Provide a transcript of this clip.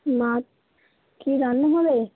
মার কী রান্না হবে